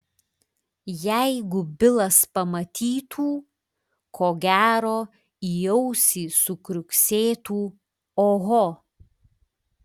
jeigu bilas pamatytų ko gero į ausį sukriuksėtų oho